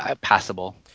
passable